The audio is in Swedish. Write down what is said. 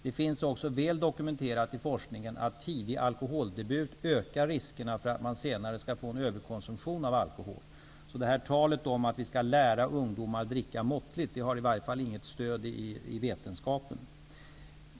Det är också väl dokumenterat i forskningen att tidig alkoholdebut ökar riskerna för att man senare skall få en överkonsumtion av alkohol. Talet om att vi skall lära ungdomar att dricka måttligt har alltså i varje fall inget stöd från vetenskapen.